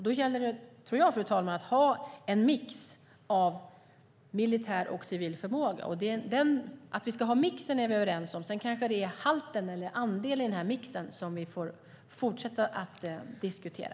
Då gäller det, fru talman, att ha en mix av militär och civil förmåga. Att vi ska en mix är vi överens om, men andelarna i mixen får vi fortsätta att diskutera.